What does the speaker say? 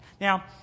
Now